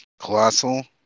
Colossal